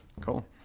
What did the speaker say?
Cool